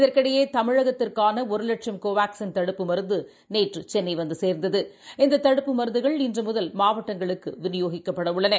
இதற்கிடையேதமிழகத்திற்கானஒருலட்சத்திற்கானகோவாக்சின் தடுப்புப் மருந்துநேற்றுசென்னைவந்துசேர்ந்தது இந்ததடுப்பு மருந்துகள் இன்றுமுதல் மாவட்டங்களுக்குவினியோகிக்கப்படஉள்ளன